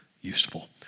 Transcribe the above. useful